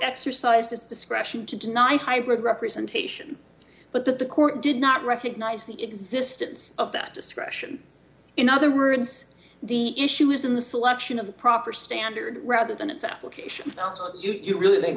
exercised its discretion to deny hybrid representation but that the court did not recognize the existence of that discretion in other words the issue was in the selection of the proper standard rather than its application you really